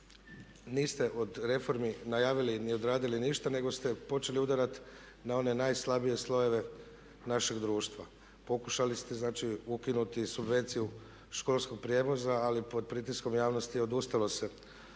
niste od reformi najavili ni odradili ništa nego ste počeli udarat na one najslabije slojeve našeg društva. Pokušali ste znači ukinuti subvenciju školskog prijevoza ali pod pritiskom javnosti odustalo se